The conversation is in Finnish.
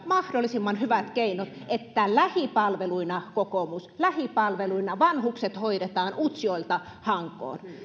mahdollisimman hyvät keinot että lähipalveluina kokoomus lähipalveluina vanhukset hoidetaan utsjoelta hankoon